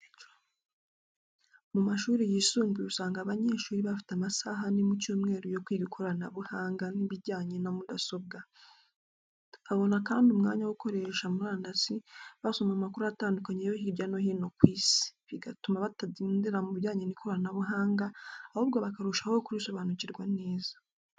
Mu mashuri yisumbuye usanga abanyeshuri bafite amasaha ane mu cyumweru yo kwiga ikoranabuhanga n’ibijyanye na mudasobwa. Babona kandi umwanya wo gukoresha murandasi basoma amakuru atandukanye yo hirya no hino ku isi, bigatuma batadindira mu bijyanye n’ikoranabuhanga, ahubwo bakarushaho kurisobanukirwa neza.